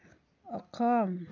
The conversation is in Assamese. অসম